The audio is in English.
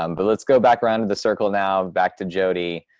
um but let's go back around to the circle now, back to jodey.